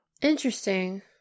Interesting